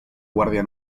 guardia